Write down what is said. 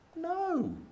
No